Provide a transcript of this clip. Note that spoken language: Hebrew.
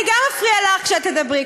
אני גם אפריע לך כשאת תדברי.